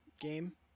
game